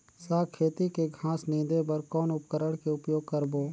साग खेती के घास निंदे बर कौन उपकरण के उपयोग करबो?